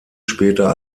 später